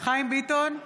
חיים ביטון,